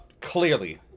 clearly